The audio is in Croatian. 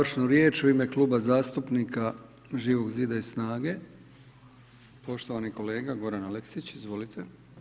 Završnu riječ u ime Kluba zastupnika Živog zida i SNAGA-e poštovani kolega Goran Aleksić, izvolite.